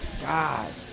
God